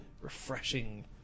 refreshing